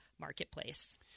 marketplace